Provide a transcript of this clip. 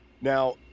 now